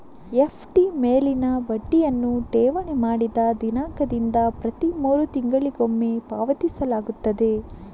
FD ಮೇಲಿನ ಬಡ್ಡಿಯನ್ನು ಠೇವಣಿ ಮಾಡಿದ ದಿನಾಂಕದಿಂದ ಪ್ರತಿ ಮೂರು ತಿಂಗಳಿಗೊಮ್ಮೆ ಪಾವತಿಸಲಾಗುತ್ತದೆ